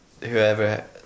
whoever